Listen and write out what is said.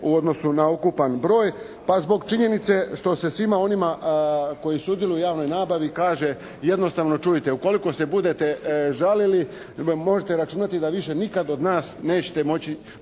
u odnosu na ukupan broj. Pa zbog činjenice što se svima onima koji sudjeluju u javnoj nabavi kaže jednostavno čujte, ukoliko se budete žalili možete računati da više nikad od nas nećete moći